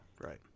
Right